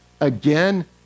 again